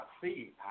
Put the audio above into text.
see